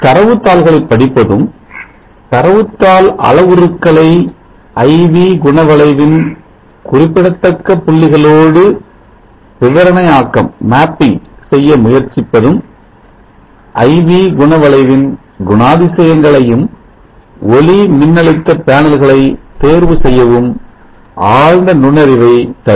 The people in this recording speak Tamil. தரவு தாள்களை படிப்பதும் தரவுத் தாள் அளவுருக்களை I V குணவளைவின் குறிப்பிடத்தக்க புள்ளிகளோடு விவரணை ஆக்கம் செய்ய முயற்சிப்பதும் I V குணவளைவின் குணாதிசயங்களையும் ஒளிமின்னழுத்த பேனல்களை தேர்வுசெய்யவும் ஆழ்ந்த நுண்ணறிவை தரும்